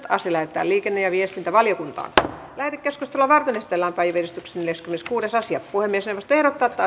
asia lähetetään liikenne ja viestintävaliokuntaan lähetekeskustelua varten esitellään päiväjärjestyksen neljäskymmeneskuudes asia puhemiesneuvosto ehdottaa että